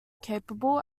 capable